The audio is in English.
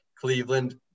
Cleveland